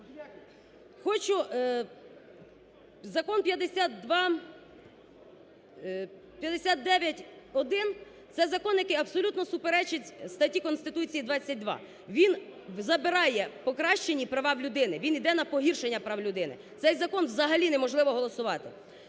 Закон 5259-1 – це закон, який абсолютно суперечить статті Конституції 22. Він забирає покращені права у людини, він йде на погіршення прав людини, цей закон взагалі неможливо голосувати.